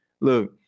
look